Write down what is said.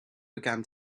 began